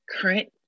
current